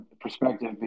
perspective